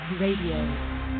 Radio